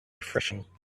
refreshing